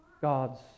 God's